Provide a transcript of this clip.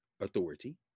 authority